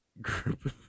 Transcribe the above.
group